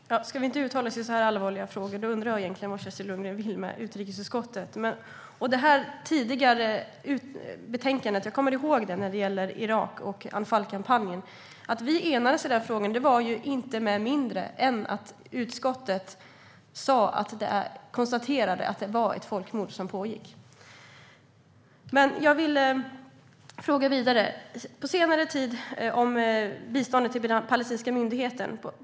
Herr talman! Om vi inte ska uttala oss i så här allvarliga frågor undrar jag vad Kerstin Lundgren egentligen vill med utrikesutskottet. Jag kommer ihåg det tidigare betänkandet om Irak och Anfalkampanjen. Det var inte med mindre än att utskottet konstaterade att det var ett folkmord som pågick som vi enades i denna fråga. Jag vill fråga vidare om biståndet till den palestinska myndigheten.